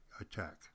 attack